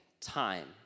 time